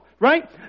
Right